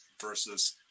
versus